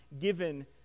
given